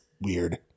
weird